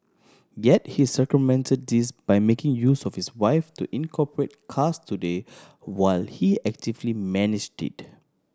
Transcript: yet he circumvented this by making use of his wife to incorporate Cars Today while he actively managed it